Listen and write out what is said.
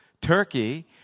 Turkey